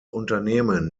unternehmen